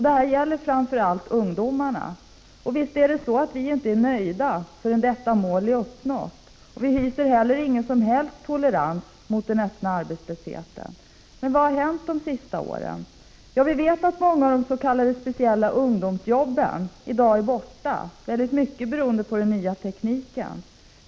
Detta gäller framför allt ungdomarna. Vi är naturligtvis inte nöjda förrän detta mål är uppnått. Vi hyser heller ingen tolerans mot den öppna arbetslösheten. Men vad har hänt under de senaste åren? Vi vet att många av de s.k. speciella ungdomsjobben i dag är borta, mycket beroende på den nya tekniken.